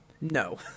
No